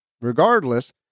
Regardless